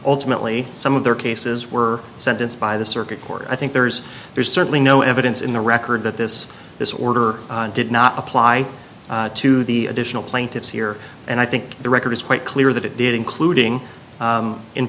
ultimately some of their cases were sentenced by the circuit court i think there's there's certainly no evidence in the record that this this order did not apply to the additional plaintiffs here and i think the record is quite clear that it did including